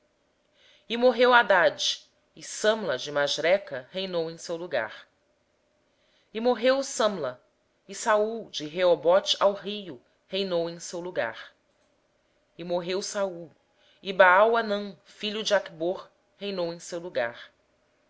morreu hadade e sâmela de masreca reinou em seu lugar morreu sâmela e saul de reobote junto ao rio reinou em seu lugar morreu saul e baal hanã filho de acbor reinou em seu lugar